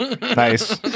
Nice